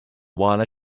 while